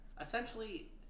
essentially